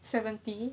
seventy